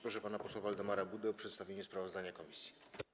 Proszę pana posła Waldemara Budę o przedstawienie sprawozdania komisji.